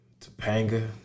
Topanga